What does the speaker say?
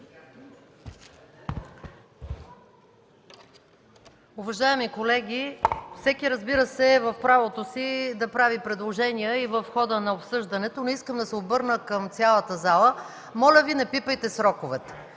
Уважаеми колеги, всеки, разбира се, е в правото си да прави предложения и в хода на обсъждането, но искам да се обърна към цялата зала: моля Ви, не пипайте сроковете!